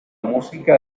música